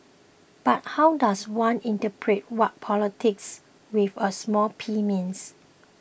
but how does one interpret what politics with a small P means